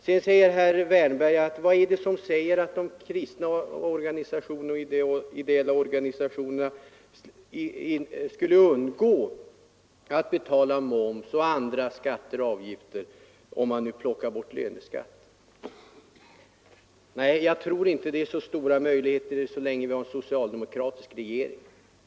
Sedan undrar herr Wärnberg vad det är som säger att inte kristna och ideella organisationer skulle undgå att betala moms och andra skatter och avgifter om man nu plockade bort löneskatten. Nej, jag tror inte det finns så stora möjligheter till det så länge vi har en socialdemokratisk regering.